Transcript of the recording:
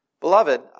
beloved